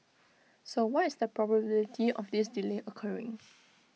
so what is the probability of this delay occurring